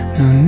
no